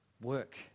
work